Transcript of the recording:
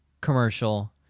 Commercial